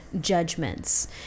judgments